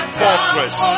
fortress